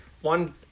One